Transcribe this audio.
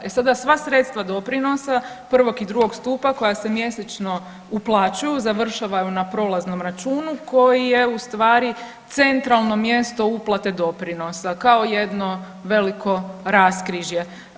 E sada sva sredstva doprinosa prvog i drugog stupa koja se mjesečno uplaćuju završavaju na prolaznom računu koji je u stvari centralno mjesto uplate doprinosa kao jedno veliko raskrižje.